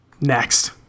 next